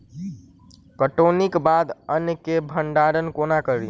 कटौनीक बाद अन्न केँ भंडारण कोना करी?